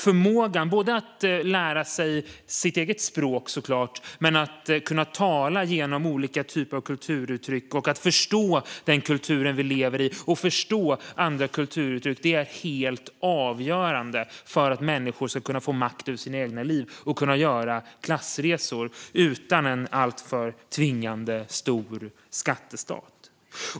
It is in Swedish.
Förmågan både att lära sig sitt eget språk, såklart, och att tala genom olika typer av kulturuttryck, att förstå den kultur vi lever i och förstå andra kulturuttryck, är helt avgörande för att människor ska kunna få makt över sina egna liv och kunna göra klassresor utan en alltför stor och tvingande skattestat.